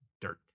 dirt